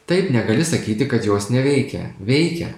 taip negali sakyti kad jos neveikia veikia